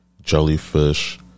Jellyfish